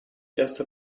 erste